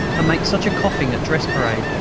make such a coughing at dress-parade,